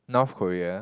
North Korea